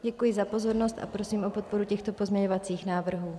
Děkuji za pozornost a prosím o podporu těchto pozměňovacích návrhů.